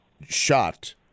shot